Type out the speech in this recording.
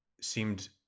seemed